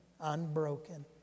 unbroken